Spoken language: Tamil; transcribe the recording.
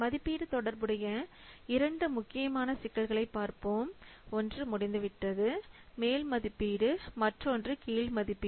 மதிப்பீடு தொடர்புடைய இரண்டு முக்கியமான சிக்கல்களை பார்ப்போம் ஒன்று முடிந்துவிட்டது மேல் மதிப்பீடு மற்றொன்று கீழ் மதிப்பீடு